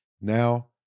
Now